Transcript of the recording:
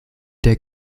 der